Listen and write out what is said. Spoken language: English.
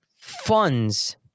funds